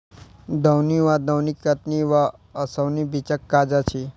दौन वा दौनी कटनी आ ओसौनीक बीचक काज अछि